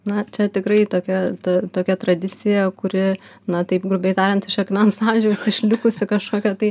na čia tikrai tokia ta tokia tradicija kuri na taip grubiai tariant iš akmens amžiaus išlikusi kažkokio tai